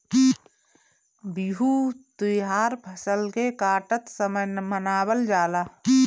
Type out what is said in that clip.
बिहू त्यौहार फसल के काटत समय मनावल जाला